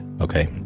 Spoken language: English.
okay